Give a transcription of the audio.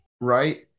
right